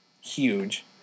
huge